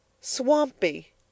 Swampy